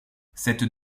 cette